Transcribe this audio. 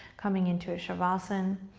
coming into a shavasana.